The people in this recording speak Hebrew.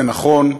זה נכון,